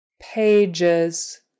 Pages